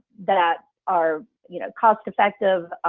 that are you know cost effective